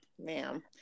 ma'am